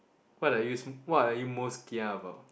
what are you what are you most kia about